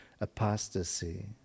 apostasy